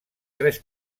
tres